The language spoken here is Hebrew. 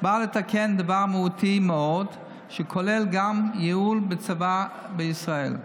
באה לתקן דבר מהותי מאוד שכולל גם ייעול הצבא בישראל.